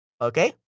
Okay